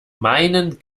meinen